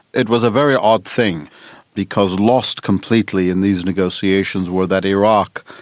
it was a very odd thing because lost completely in these negotiations were that iraq,